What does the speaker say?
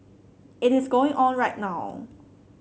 it is going on right now